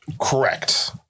Correct